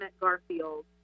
garfield